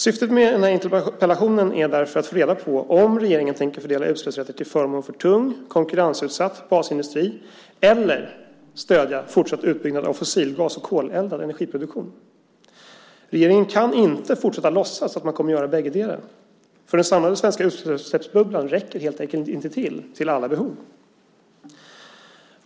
Syftet med interpellationen är därför att få reda på om regeringen tänker fördela utsläppsrätter till förmån för tung, konkurrensutsatt basindustri eller stödja fortsatt utbyggnad av fossil, gas och koleldad, energiproduktion. Regeringen kan inte fortsätta att låtsas att man kommer att göra bäggedera. Den samlade svenska utsläppsrättsbubblan räcker helt enkelt inte till för alla behov.